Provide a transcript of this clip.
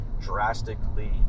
drastically